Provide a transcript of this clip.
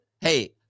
Hey